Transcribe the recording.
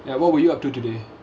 ya what were you up to today